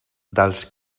dels